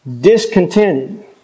discontented